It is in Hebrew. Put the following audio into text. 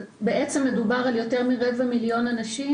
בעצם מדובר על יותר מרבע מיליון אנשים